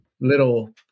little